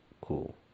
Cool